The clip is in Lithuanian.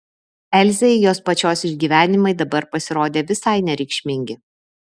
elzei jos pačios išgyvenimai dabar pasirodė visai nereikšmingi